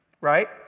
right